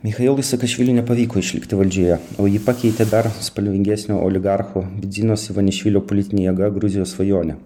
michailui sakašviliui nepavyko išlikti valdžioje o jį pakeitė dar spalvingesnė oligarcho bidzinos ivanišvilio politinė jėga gruzijos svajonė